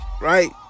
Right